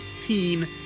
teen